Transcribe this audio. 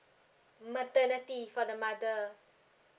maternity for the mother